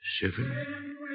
Seven